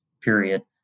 period